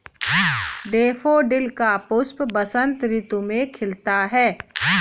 daffodil का पुष्प बसंत ऋतु में खिलता है